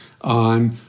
on